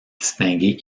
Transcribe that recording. distinguer